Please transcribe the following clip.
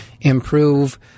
improve